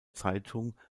zeitung